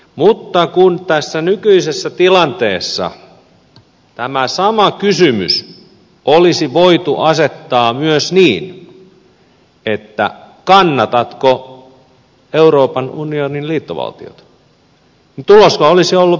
mutta kun tässä nykyisessä tilanteessa tämä sama kysymys olisi voitu asettaa myös niin että kannatatko euroopan unionin liittovaltiota niin tulospa olisi ollut pikkasen erilainen